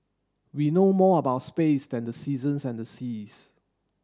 we know more about space than the seasons and the seas